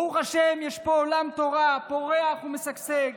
ברוך השם יש פה עולם תורה פורח ומשגשג: